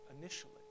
initially